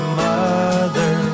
mother